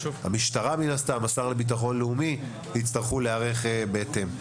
המשטרה והשר לביטחון לאומי יצטרכו להיערך בהתאם.